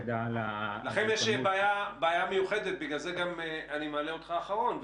לכם יש בעי המיוחדת ולכן אני מעלה אותך האחרון.